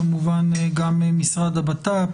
כמובן גם משרד לבטחון פנים,